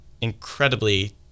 incredibly